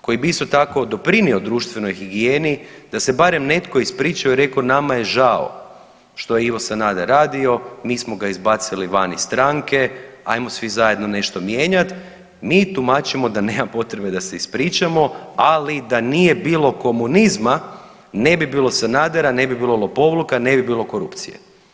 koji bi isto tako doprinio društvenoj higijeni da se barem netko ispričao i rekao nama je žao što je Ivo Sanader radio, mi smo ga izbacili van iz stranke, ajmo svi zajedno nešto mijenjat, mi tumačimo da nema potrebe da se ispričamo, ali da nije bilo komunizma ne bi bilo Sanadera, ne bi bilo lopovluka, ne bi bilo korupcije.